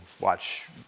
watch